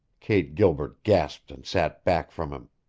kate gilbert gasped and sat back from him.